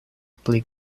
pli